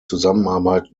zusammenarbeit